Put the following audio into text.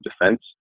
defense